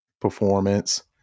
performance